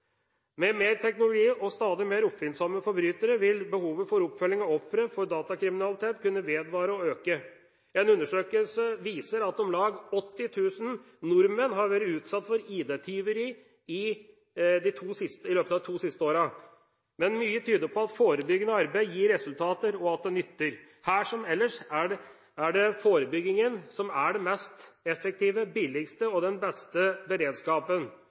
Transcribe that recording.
Med mer teknologi og stadig mer oppfinnsomme forbrytere vil behovet for oppfølging av ofre for datakriminalitet kunne vedvare og øke. En undersøkelse viser at om lag 80 000 nordmenn har vært utsatt for ID-tyveri i løpet av de to siste årene, men mye tyder på at forebyggende arbeid gir resultater, og at det nytter. Her, som ellers, er forebygging den mest effektive, billigste og beste beredskapen, og det må ha høy prioritet. Vi skal møte de digitale truslene med målrettet, effektiv og